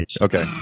Okay